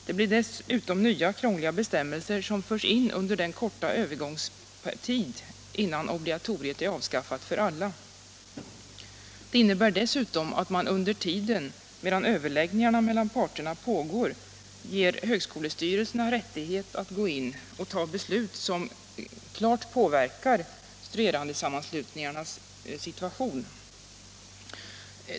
Det blir dessutom nya krångliga bestämmelser som förs in under den korta övergångstiden, innan obligatoriet är avskaffat för alla. Det innebär dessutom att man medan överläggningarna mellan parterna pågår ger högskolestyrelserna rättighet att gå in och besluta i frågor som klart påverkar studerandesammanslutningarnas situation.